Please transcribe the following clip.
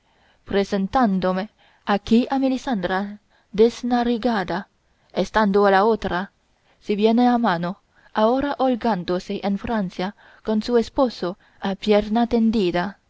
presentándome aquí a melisendra desnarigada estando la otra si viene a mano ahora holgándose en francia con su esposo a pierna tendida